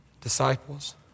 disciples